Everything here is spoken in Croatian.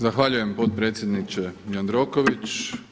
Zahvaljujem potpredsjedniče Jandroković.